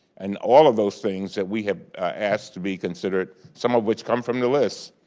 and all of those things that we have asked to be considered, some of which come from the list,